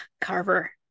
Carver